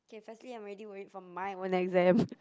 okay firstly I'm already worried for my own exam